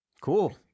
Cool